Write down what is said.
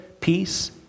peace